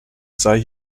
sei